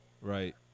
Right